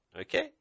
Okay